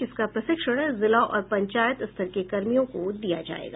जिसका प्रशिक्षण जिला और पंचायत स्तर के कर्मियों को दिया जायेगा